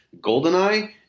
Goldeneye